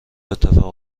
اتفاق